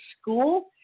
school